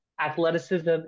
athleticism